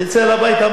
צלצל הביתה,